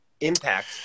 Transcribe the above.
impact